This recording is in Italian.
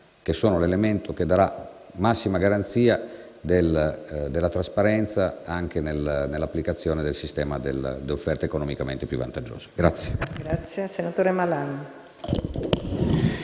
perché sono l'elemento che darà la massima garanzia di trasparenza anche nell'applicazione del sistema dell'offerta economicamente più vantaggiosa.